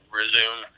resume